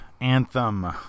anthem